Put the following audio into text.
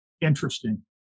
Interesting